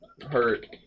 Hurt